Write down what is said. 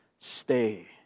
Stay